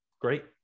great